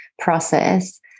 process